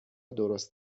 درست